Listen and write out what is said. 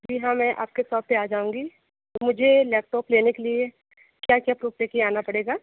जी हाँ मैं आपके शॉप पर आ जाऊँगी मुझे लैपटॉप लेने के लिए क्या क्या प्रूफ़ लेकर आना पड़ेगा